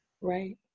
Right